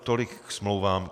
Tolik ke smlouvám.